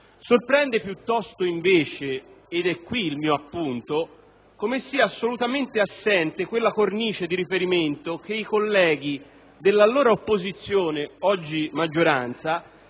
Sorprende piuttosto, ed è questo il mio appunto, come sia assolutamente assente quella cornice di riferimento che i colleghi dell'allora opposizione, oggi maggioranza,